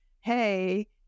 hey